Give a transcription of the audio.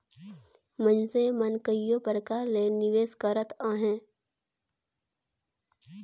मइनसे मन कइयो परकार ले निवेस करत अहें